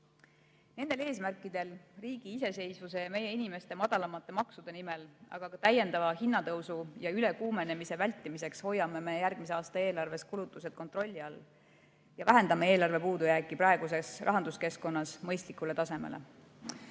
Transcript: Nendel eesmärkidel, riigi iseseisvuse ja meie inimeste madalamate maksude nimel, aga ka täiendava hinnatõusu ja ülekuumenemise vältimiseks hoiame järgmise aasta eelarves kulutused kontrolli all ja vähendame eelarve puudujääki praeguses rahanduskeskkonnas mõistlikule tasemele.